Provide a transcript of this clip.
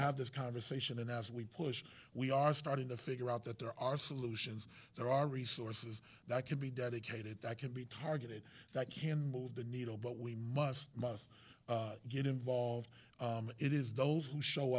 have this conversation and i we push we are starting to figure out that there are solutions there are resources that can be dedicated that can be targeted that can move the needle but we must must get involved it is those who show